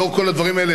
לאור כל הדברים האלה,